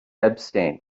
abstain